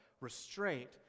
restraint